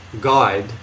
guide